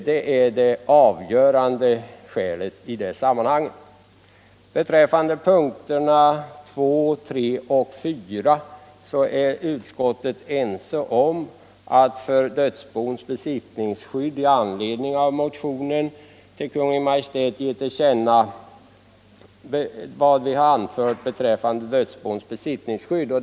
Detta är det avgörande skälet i det sammanhanget. Beträffande punkt 2, dödsbos besittningsskydd, är utskottet enigt i sitt förslag att riksdagen ger Kungl. Maj:t till känna vad utskottet anfört i anledning av motionen 976.